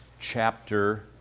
chapter